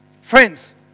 Friends